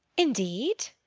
indeed?